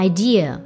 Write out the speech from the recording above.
Idea